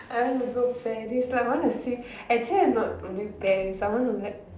I want to go Paris like I want to see actually I am not only Paris I want to like